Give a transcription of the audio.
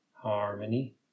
Harmony